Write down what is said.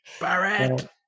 Barrett